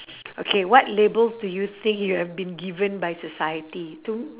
okay what labels do you think you have been given by society to